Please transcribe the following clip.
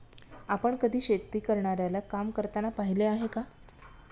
आपण कधी शेती करणाऱ्याला काम करताना पाहिले आहे का?